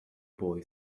boy